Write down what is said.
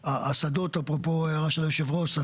השדות, אפרופו ההערה של יושב הראש.